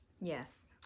Yes